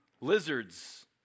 lizards